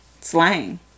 slang